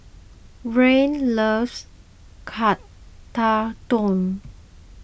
Rian loves Tekkadon